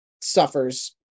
suffers